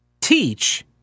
teach